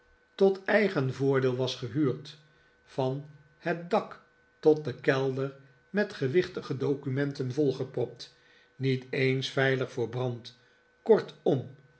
tot eigen voordeel was gehuurd van het dak tot den kelder met gewichtige documenten volgepropt niet eens veilig voor brand kortom